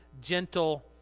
gentle